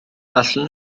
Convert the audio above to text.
allwn